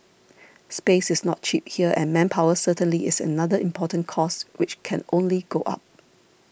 space is not cheap here and manpower certainly is another important cost which can only go up